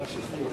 כבוד היושב-ראש,